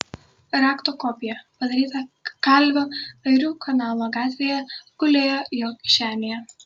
rakto kopija padaryta kalvio airių kanalo gatvėje gulėjo jo kišenėje